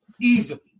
easily